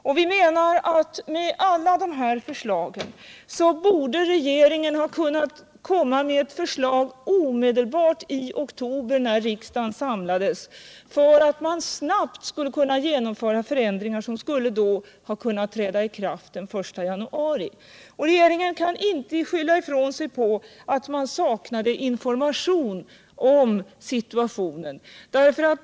Med hänsyn till alla de här problemen borde regeringen omedelbart i oktober när riksdagen samlades ha kunnat komma med en proposition, så att man snabbt hade kunnat genomföra förändringar som då hade kunnat träda i kraft den 1 januari. Regeringen kan inte skylla ifrån sig och säga att den saknade information om situationen.